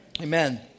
Amen